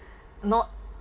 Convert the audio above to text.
not